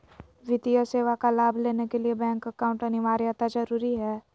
वित्तीय सेवा का लाभ लेने के लिए बैंक अकाउंट अनिवार्यता जरूरी है?